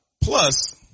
Plus